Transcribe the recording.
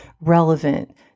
relevant